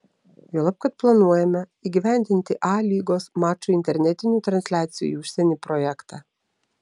juolab kad planuojame įgyvendinti a lygos mačų internetinių transliacijų į užsienį projektą